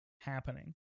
happening